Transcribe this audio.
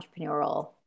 entrepreneurial